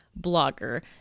blogger